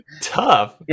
tough